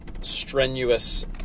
strenuous